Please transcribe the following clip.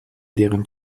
deren